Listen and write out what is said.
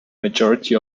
majority